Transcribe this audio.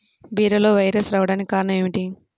బీరలో వైరస్ రావడానికి కారణం ఏమిటి?